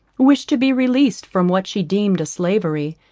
wished to be released from what she deemed a slavery,